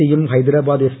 സിയും ഹൈദരാബാദ് എഫ്